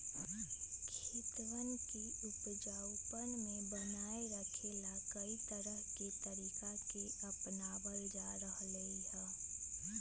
खेतवन के उपजाऊपन बनाए रखे ला, कई तरह के तरीका के अपनावल जा रहले है